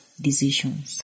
decisions